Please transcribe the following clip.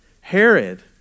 Herod